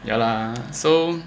ya lah so